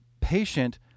patient